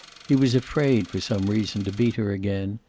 he was afraid, for some reason, to beat her again,